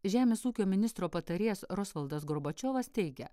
žemės ūkio ministro patarėjas rosvaldas gorbačiovas teigia